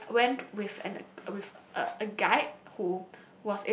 I went with an with a a guide who